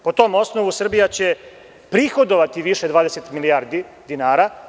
Po tom osnovu Srbija će prihodavati više 20 milijardi dinara.